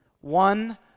One